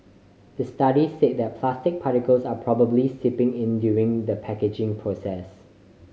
the study say the plastic particles are probably seeping in during the packaging process